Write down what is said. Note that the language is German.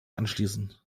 anschließen